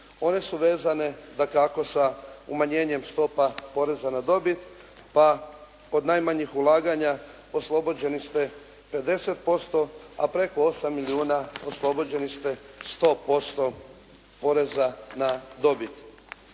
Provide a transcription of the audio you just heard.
One su vezane dakako sa umanjenjem stopa poreza na dobit. Pa kod najmanjih ulaganja oslobođeni ste 50%, a preko 8 milijuna oslobođeni ste 100% poreza na dobit.